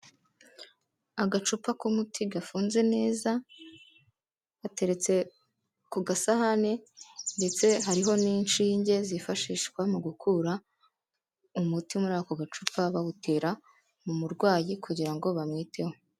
Agacupa k'umuti gafunze neza, gateretse ku gasahani ndetse hariho n'inshinge zifashishwa mu gukura umuti muri ako gacupa bawutera mu murwayi kugira ngo bamwiteho.